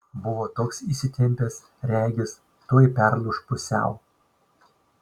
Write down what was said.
buvo toks įsitempęs regis tuoj perlūš pusiau